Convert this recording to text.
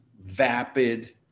vapid